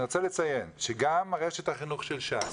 אני רוצה לציין שגם רשת החינוך של ש"ס